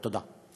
תודה.